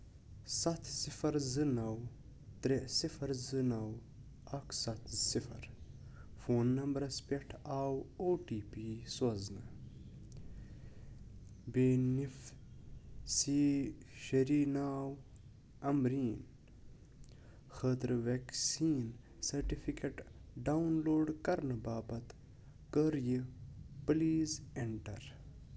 سَتھ صِفر زٕ نو ترے صِفر زٕ نو اکھ سَتھ صِفر فون نمبرَس پٮ۪ٹھ آو او ٹی پی سوزنہٕ بینِفسی شری ناو عمبریٖن خٲطرٕ ویکسیٖن سرٹِفکیٹ ڈاوُن لوڈ کرنہٕ باپتھ کٔر یہِ پلیز اینٹر